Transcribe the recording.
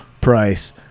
price